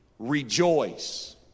rejoice